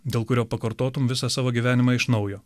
dėl kurio pakartotum visą savo gyvenimą iš naujo